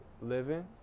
living